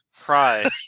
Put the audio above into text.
cry